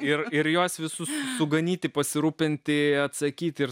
ir ir juos visus suganyti pasirūpinti atsakyti ir